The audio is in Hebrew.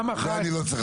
לא, זה אני לא צריך להגיד.